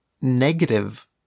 negative